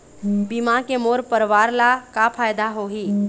बीमा के मोर परवार ला का फायदा होही?